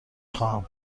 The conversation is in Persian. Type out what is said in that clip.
خواهم